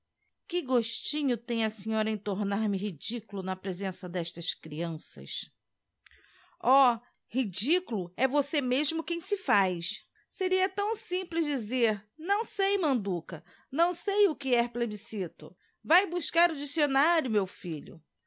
que gostinho tem a senhora em tomar me ridiculo na presença destas crianças oh i ridiculo é você mesmo quem se faz seria tão simples dizer não sei manduca não sei o que é plebiscito váe bufccar o diccionario meu filho